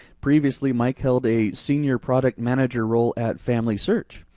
previously, mike held a senior product manager role at family search,